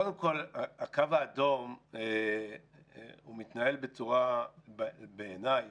קודם כל הקו האדום מתנהל בעיניי